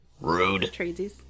Rude